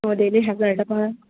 অঁ ডেইলি হেজাৰ টকা